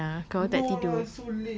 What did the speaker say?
dalgona kalau tak tidur